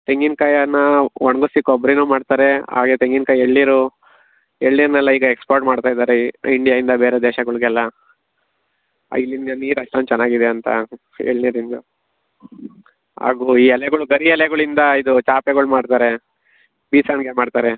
ತೆಂಗಿನ್ಕಾಯನ್ನು ಒಣ್ಗಿಸಿ ಕೊಬ್ಬರಿನು ಮಾಡ್ತಾರೆ ಹಾಗೆ ತೆಂಗಿನಕಾಯಿ ಎಳನೀರು ಎಳನೀರ್ನೆಲ್ಲ ಈಗ ಎಕ್ಸ್ಪೋರ್ಟ್ ಮಾಡ್ತಾ ಇದ್ದಾರೆ ಇಂಡಿಯಾಯಿಂದ ಬೇರೆ ದೇಶಗಳಿಗೆಲ್ಲ ಇಲ್ಲಿಂದ ನೀರು ಅಷ್ಟೊಂದು ಚೆನ್ನಾಗಿದೆ ಅಂತ ಎಳನೀರಿಂದು ಹಾಗೂ ಎಲೆಗಳ ಗರಿ ಎಲೆಗಳಿಂದ ಇದು ಚಾಪೆಗಳು ಮಾಡ್ತಾರೆ ಬೀಸಣಿಗೆ ಮಾಡ್ತಾರೆ